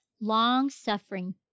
long-suffering